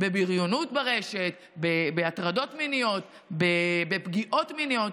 בבריונות ברשת, בהטרדות מיניות, בפגיעות מיניות.